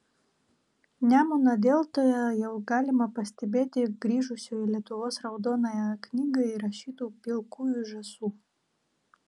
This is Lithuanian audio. nemuno deltoje jau galima pastebėti grįžusių į lietuvos raudonąją knygą įrašytų pilkųjų žąsų